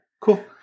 Cool